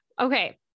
Okay